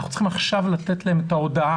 אז אנחנו צריכים עכשיו לתת להם את ההודעה.